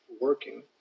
working